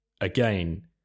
again